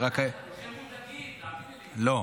כולכם מודאגים, לא.